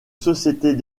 sociétés